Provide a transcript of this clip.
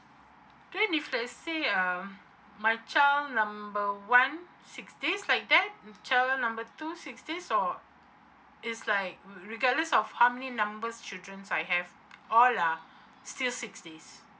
then if let's say um my child number one six days like that mm child number two six day or is like mm regardless of how many numbers children I have all are still six days